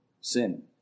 sin